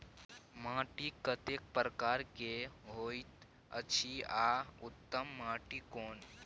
माटी कतेक प्रकार के होयत अछि आ उत्तम माटी कोन?